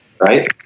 right